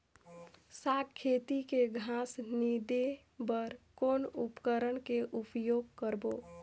साग खेती के घास निंदे बर कौन उपकरण के उपयोग करबो?